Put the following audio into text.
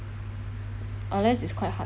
unless is quite hard